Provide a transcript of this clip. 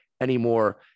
anymore